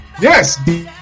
Yes